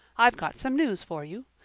i've got some news for you.